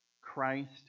Christ